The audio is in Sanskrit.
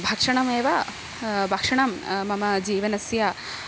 भक्षणमेव भक्षणं मम जीवनस्य